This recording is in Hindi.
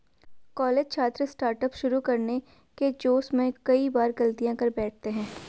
कॉलेज छात्र स्टार्टअप शुरू करने के जोश में कई बार गलतियां कर बैठते हैं